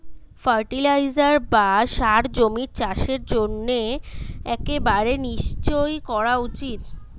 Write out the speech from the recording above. fertiliser বা সার জমির চাষের জন্য একেবারে নিশ্চই করা উচিত